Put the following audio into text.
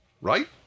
Right